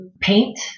paint